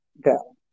go